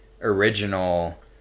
original